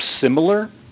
similar